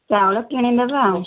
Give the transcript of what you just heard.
ଚାଉଳ କିଣିଦେବା ଆଉ